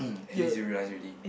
at least you realize already